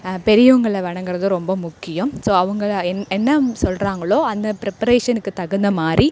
பெரியவங்களை வணங்குகிறதும் ரொம்ப முக்கியம் ஸோ அவங்க என் என்ன சொல்லுறாங்களோ அந்த ப்ரிப்பரேஷனுக்கு தகுந்த மாதிரி